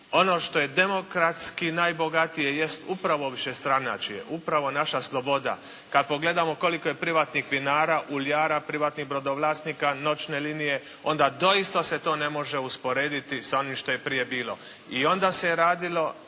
ono što je demokratski najbogatije jest upravo višestranačje, upravo naša sloboda. Kad gledamo koliko je privatnih vinara, uljara, privatnih brodovlasnika noćne linije onda doista se to ne može usporediti sa onim što je prije bilo. I onda se je radilo,